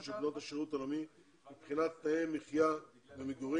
של בנות השירות הלאומי מבחינת תנאי המחיה והמגורים,